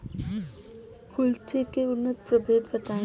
कुलथी के उन्नत प्रभेद बताई?